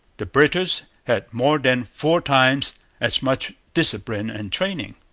the british had more than four times as much discipline and training.